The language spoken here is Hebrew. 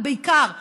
ובעיקר לילדים.